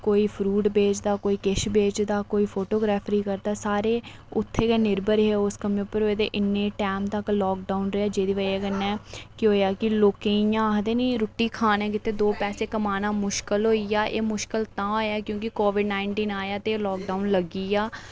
कोई फ्रूट बेचदा कोई किश बेचदा कोई फोटोग्राफी करदा सारे उत्थै गै निर्भर हे उस कम्मै पर ते इन्ने टाईम तक्कर लॉकडाऊन रेहा ते ओह्दी बजह कन्नै केह् होएआ कि लोकें गी इ'यां आखदे न कि रुट्टी खानै आस्तै दो पैसे कमाना मुश्कल होई गेआ एह् मुश्कल तां होएआ कि कोविड नाइनटीन आया ते लॉकडाऊन लग्गी गेआ